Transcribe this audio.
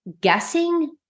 guessing